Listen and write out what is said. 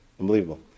Unbelievable